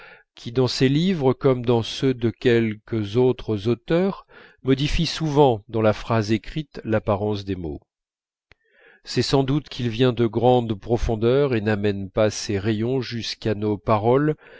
qui dans ses livres comme dans ceux de quelques autres auteurs modifie souvent dans la phrase écrite l'apparence des mots c'est sans doute qu'il vient de grandes profondeurs et n'amène pas ses rayons jusqu'à nos paroles